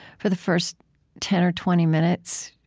for the first ten or twenty minutes,